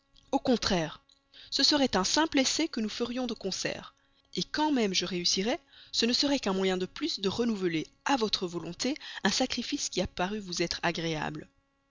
au contraire ce serait un simple essai que nous ferions de concert quand même je réussirais ce ne serait qu'un moyen de plus de renouveler à votre volonté un sacrifice qui a paru vous être agréable